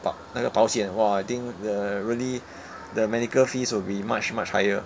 保那个保险 !wah! I think the really the medical fees will be much much higher